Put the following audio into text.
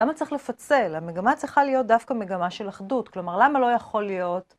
למה צריך לפצל? המגמה צריכה להיות דווקא מגמה של אחדות, כלומר, למה לא יכול להיות?